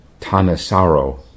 Tanasaro